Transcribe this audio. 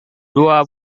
dua